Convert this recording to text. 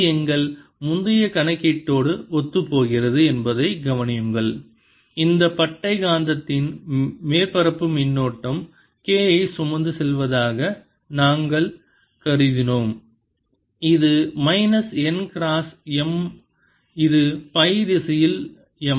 இது எங்கள் முந்தைய கணக்கீட்டோடு ஒத்துப்போகிறது என்பதைக் கவனியுங்கள் இந்த பட்டை காந்தத்தின் மேற்பரப்பு மின்னோட்டம் k ஐ சுமந்து செல்வதாக நாங்கள் கருதினோம் இது மைனஸ் n கிராஸ் M இது சை திசையில் M